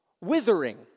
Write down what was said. withering